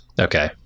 Okay